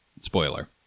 Spoiler